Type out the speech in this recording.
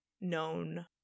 known